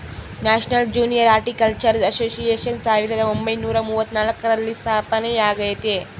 national junior horticultural association ಸಾವಿರದ ಒಂಬೈನುರ ಮೂವತ್ನಾಲ್ಕರಲ್ಲಿ ಸ್ಥಾಪನೆಯಾಗೆತೆ